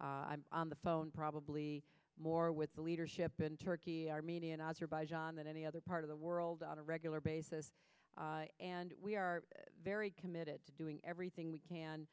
i'm on the phone probably more with the leadership in turkey armenia and azerbaijan than any other part of the world on a regular basis and we are very committed to doing everything we can